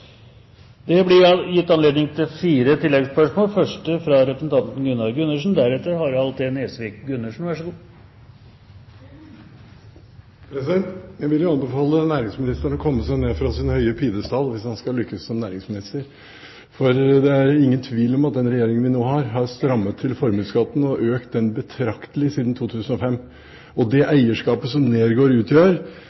Det blir anledning til fire oppfølgingsspørsmål – først Gunnar Gundersen. Jeg vil anbefale næringsministeren å komme seg ned fra sin høye pidestall hvis han skal lykkes som næringsminister, for det er ingen tvil om at den regjeringen vi nå har, har strammet til formuesskatten og økt den betraktelig siden 2005. Det eierskapet som Nergård utgjør, er utrolig viktig for hele Distrikts-Norge, og nå begynner det